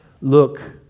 Look